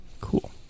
Cool